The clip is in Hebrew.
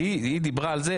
היא דיברה על זה,